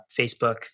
Facebook